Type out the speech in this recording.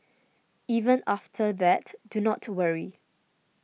even after that do not worry